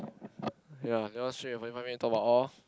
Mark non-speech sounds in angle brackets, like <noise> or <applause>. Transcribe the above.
<noise> ya cannot straight forty five minute talk about all